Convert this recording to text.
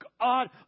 God